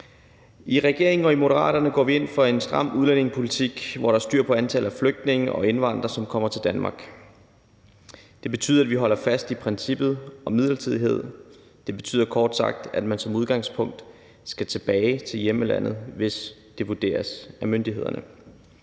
I regeringen og i Moderaterne går vi ind for en stram udlændingepolitik, hvor der er styr på antallet af flygtninge og indvandrere, som kommer til Danmark. Det betyder, at vi holder fast i princippet om midlertidighed. Det betyder kort sagt, at man som udgangspunkt skal tilbage til hjemlandet, hvis det vurderes af myndighederne.